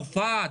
צרפת,